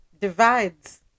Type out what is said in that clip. divides